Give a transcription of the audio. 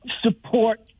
Support